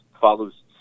follows